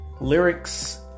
lyrics